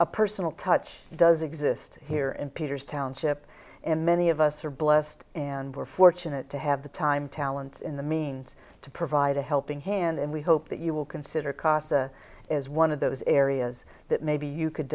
a personal touch does exist here and peters township and many of us are blessed and we're fortunate to have the time talents in the means to provide a helping hand and we hope that you will consider casa as one of those areas that maybe you could